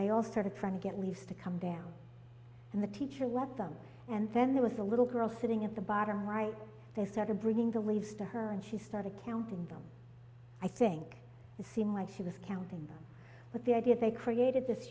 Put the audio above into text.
they all started trying to get leaves to come down and the teacher walk them and then there was a little girl sitting at the bottom right they started bringing the leaves to her and she started counting them i think it seem like she was counting them but the idea they created this